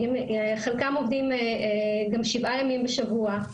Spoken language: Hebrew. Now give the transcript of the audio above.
חלקם עובדים גם שבעה ימים בשבוע,